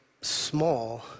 small